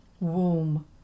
womb